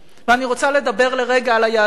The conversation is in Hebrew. ואני רוצה לדבר לרגע על היהדות שלנו,